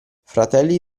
fratelli